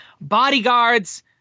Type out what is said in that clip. Bodyguards